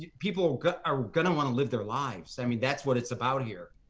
people are going to want to live their lives. i mean, that's what it's about here.